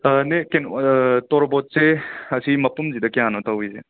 ꯏꯅꯦ ꯀꯩꯅꯣ ꯇꯣꯔꯕꯣꯠꯁꯦ ꯑꯁꯤ ꯃꯄꯨꯝꯁꯤꯗ ꯀꯌꯥꯅꯣ ꯇꯧꯔꯤꯁꯦ